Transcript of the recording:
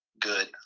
Good